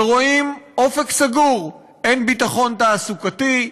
ורואים אופק סגור, אין ביטחון תעסוקתי,